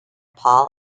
paul